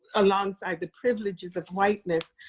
alongside the privileges of whiteness,